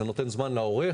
זה נותן זמן לעורך.